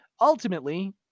Ultimately